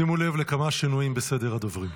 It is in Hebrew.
שימו לב לכמה שינויים בסדר הדוברים.